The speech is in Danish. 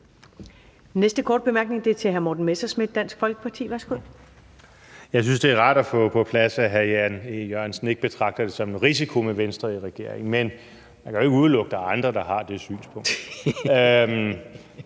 Folkeparti. Værsgo. Kl. 16:40 Morten Messerschmidt (DF): Jeg synes, det er rart at få på plads, at hr. Jan E. Jørgensen ikke betragter det som en risiko med Venstre i regering. Men man kan ikke udelukke, at der er andre, der har det synspunkt.